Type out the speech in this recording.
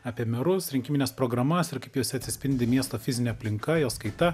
apie merus rinkimines programas ir kaip juose atsispindi miesto fizinė aplinka jos kaita